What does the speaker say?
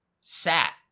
Sat